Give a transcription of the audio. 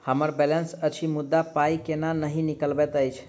हम्मर बैलेंस अछि मुदा पाई केल नहि निकलैत अछि?